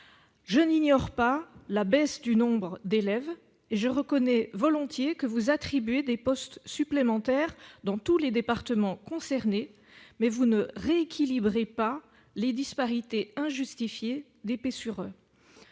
je n'ignore pas la baisse du nombre d'élèves et je reconnais volontiers que vous attribuez des postes supplémentaires dans tous les départements concernés. Mais vous ne rééquilibrez pas les disparités injustifiées des « P sur